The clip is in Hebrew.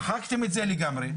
מחקתם את זה לגמרי,